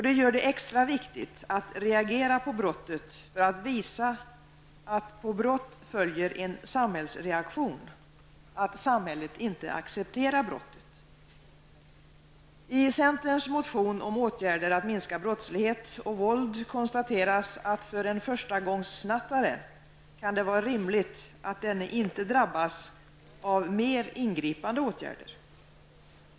Det gör det extra viktigt att reagera på brottet, för att visa att på brott följer en samhällsreaktion, att samhället inte accepterar brottet. I centerns motion om åtgärder för att minska brottslighet och våld konstateras att det för en förstagångssnattare kan vara rimligt att denne inte drabbas av mer ingripande åtgärder.